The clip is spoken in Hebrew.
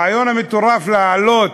להעלות,